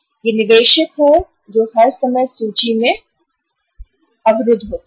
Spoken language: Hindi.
यह निवेशित है जो हर समय सूची में अवरुद्ध होता है